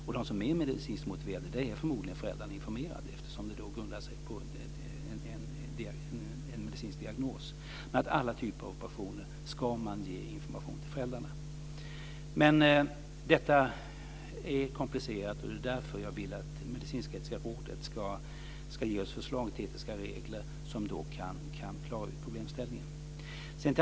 I de fall som är medicinskt motiverade är förmodligen föräldrarna informerade, eftersom de grundar sig på en medicinsk diagnos. Detta är komplicerat, och därför vill jag att medicinsk-etiska rådet ska ge oss förslag till etiska regler som kan klara ut problemställningen.